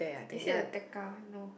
is it the Tekka one no